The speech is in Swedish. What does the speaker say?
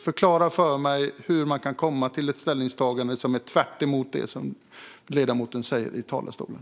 Förklara för mig hur ni kan komma fram till ett ställningstagande som är tvärtemot vad ledamoten säger i talarstolen.